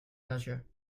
pleasure